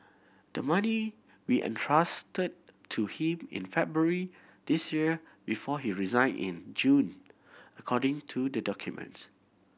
the money will entrusted to him in February this year before he resigned in June according to the documents